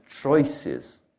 choices